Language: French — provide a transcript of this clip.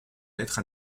lettre